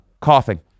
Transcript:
coughing